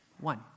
One